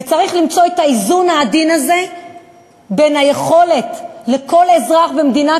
וצריך למצוא את האיזון העדין הזה בין היכולת של כל אזרח במדינת